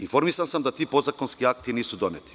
Informisan sam da ti podzakonski akti nisu doneti.